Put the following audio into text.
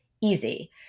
easy